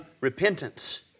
repentance